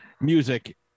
music